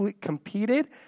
competed